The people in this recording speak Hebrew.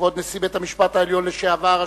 כבוד נשיא בית-המשפט העליון לשעבר,